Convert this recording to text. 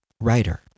writer